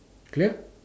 clear